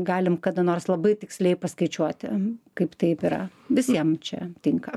galime kada nors labai tiksliai paskaičiuoti kaip taip yra visiems čia tinka